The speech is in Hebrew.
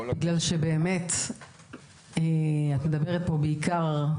את מדברת פה בעיקר,